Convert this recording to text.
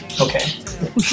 okay